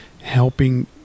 helping